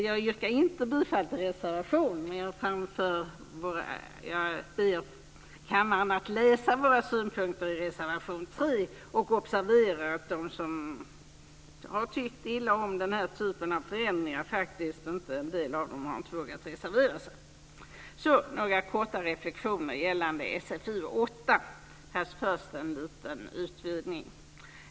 Jag yrkar inte bifall till reservationen, men jag ber kammaren att läsa våra synpunkter i reservation 3. Jag observerar att en del av dem som har tyckt illa om den här typen av förändringar faktiskt inte har vågat reservera sig. Så har jag några korta reflexioner gällande SfU8 - fast först en liten utvidgning!